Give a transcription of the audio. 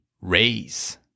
Raise